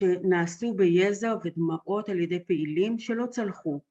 ‫שנעשו ביזע ובדמעות על ידי פעילים ‫שלא צלחו.